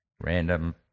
random